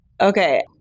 Okay